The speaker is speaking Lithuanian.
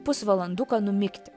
pusvalanduko numigti